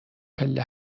پله